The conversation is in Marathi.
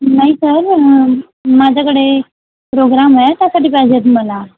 नाही सर माझ्याकडे प्रोग्रॅम आहे त्यासाठी पाहिजे आहेत मला